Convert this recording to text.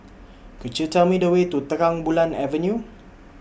Could YOU Tell Me The Way to Terang Bulan Avenue